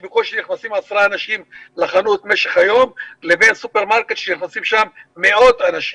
בקושי נכנסים 10 אנשים במשך היום לבין סופרמרקט אליו נכנסים מאות אנשים?